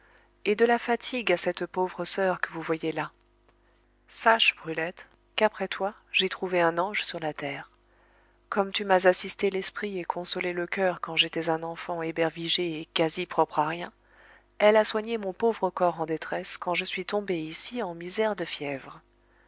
et de la fatigue à cette pauvre soeur que vous voyez là sache brulette qu'après toi j'ai trouvé un ange sur la terre comme tu m'as assisté l'esprit et consolé le coeur quand j'étais un enfant ébervigé et quasi propre à rien elle a soigné mon pauvre corps en détresse quand je suis tombé ici en misère de fièvre